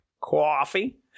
coffee